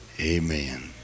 Amen